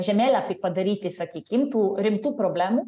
žemėlapį padaryti sakykim tų rimtų problemų